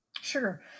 Sure